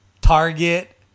target